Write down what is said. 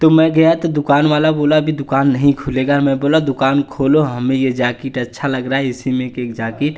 तो मैं गया तो दुकान वाला बोला अभी दुकान नहीं खुलेगा मैं बोला दुकान खोलो हमें यह जैकेट अच्छा लग रहा है इसी में की एक जैकेट